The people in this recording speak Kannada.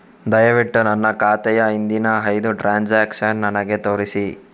ದಯವಿಟ್ಟು ನನ್ನ ಖಾತೆಯ ಹಿಂದಿನ ಐದು ಟ್ರಾನ್ಸಾಕ್ಷನ್ಸ್ ನನಗೆ ತೋರಿಸಿ